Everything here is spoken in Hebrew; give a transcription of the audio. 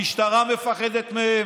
המשטרה מפחדת מהם,